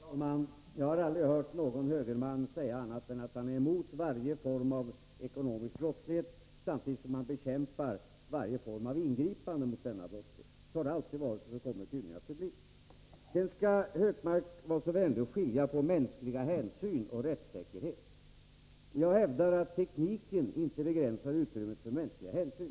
Herr talman! Jag har aldrig hört någon högerman säga annat än att han är emot varje form av ekonomisk brottslighet, samtidigt som han bekämpar varje form av ingripande mot denna brottslighet. Så har det alltid varit, och så kommer det tydligen att förbli. Gunnar Hökmark skall vara så vänlig och skilja mellan mänskliga hänsyn och rättssäkerhet. Jag hävdar att tekniken inte begränsar utrymmet för mänskliga hänsyn.